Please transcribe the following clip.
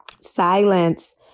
silence